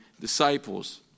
disciples